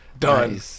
Done